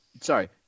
Sorry